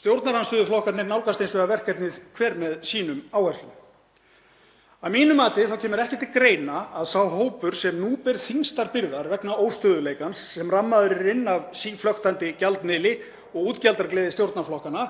Stjórnarandstöðuflokkarnir nálgast hins vegar verkefnið hver með sínum áherslum. Að mínu mati kemur ekki til greina að sá hópur sem nú ber þyngstar byrðar vegna óstöðugleikans sem rammaður er inn af síflöktandi gjaldmiðli og útgjaldagleði stjórnarflokkanna